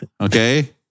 Okay